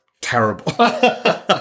terrible